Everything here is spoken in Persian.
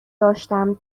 داشتم